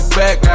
back